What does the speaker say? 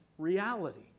Reality